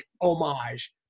homage